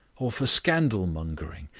or for scandalmongering,